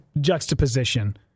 juxtaposition